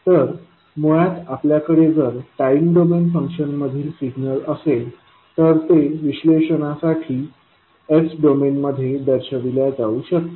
तर मुळात आपल्याकडे जर टाइम डोमेन फंक्शन मधील सिग्नल असेल तर ते विश्लेषणासाठी s डोमेनमध्ये दर्शवल्या जाऊ शकते